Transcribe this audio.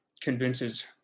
convinces